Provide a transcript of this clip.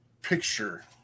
picture